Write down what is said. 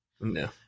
No